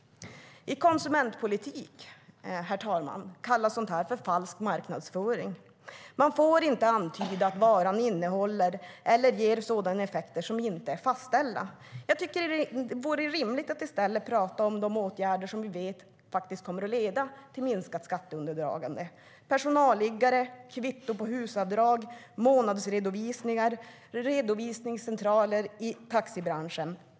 I konsumentpolitik kallas sådant för falsk marknadsföring, herr talman. Man får inte antyda att varan innehåller något eller ger effekter som inte är fastställda. Det vore rimligt att i stället tala om de åtgärder som vi vet kommer att leda till minskat skatteundandragande såsom personalliggare, kvitto på HUS-avdrag, månadsredovisningar och redovisningscentraler i taxibranschen.